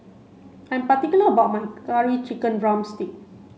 I'm particular about my curry chicken drumstick